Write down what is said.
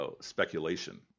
speculation